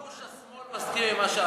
כל גוש השמאל מסכים למה שעשינו.